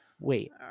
wait